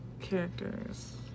Characters